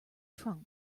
trunk